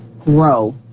grow